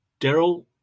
Daryl